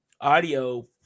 audio